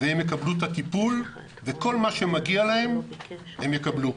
והם יקבלו את הטיפול וכל מה שמגיע להם הם יקבלו.